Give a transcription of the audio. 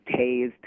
tased